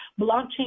Blockchain